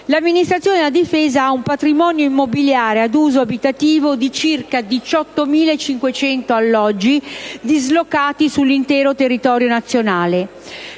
L'amministrazione della Difesa ha un patrimonio immobiliare ad uso abitativo di circa 18.500 alloggi dislocati sull'intero territorio nazionale.